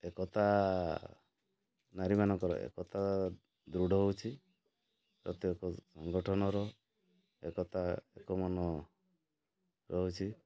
ଏକତା ନାରୀମାନଙ୍କର ଏକତା ଦୃଢ଼ ହେଉଛି ପ୍ରତ୍ୟକ ସଂଗଠନର ଏକତା ଏକମନ ରହୁଛି